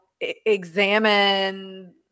examine